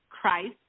Christ